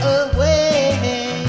away